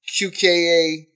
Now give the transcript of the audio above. QKA